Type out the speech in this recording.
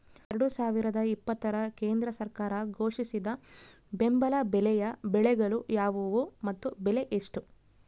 ಎರಡು ಸಾವಿರದ ಇಪ್ಪತ್ತರ ಕೇಂದ್ರ ಸರ್ಕಾರ ಘೋಷಿಸಿದ ಬೆಂಬಲ ಬೆಲೆಯ ಬೆಳೆಗಳು ಯಾವುವು ಮತ್ತು ಬೆಲೆ ಎಷ್ಟು?